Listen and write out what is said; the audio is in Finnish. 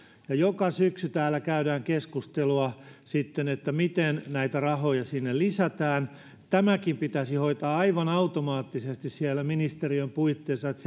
ja joka syksy täällä käydään keskustelua miten näitä rahoja sinne lisätään tämäkin pitäisi hoitaa aivan automaattisesti ministeriön puitteissa että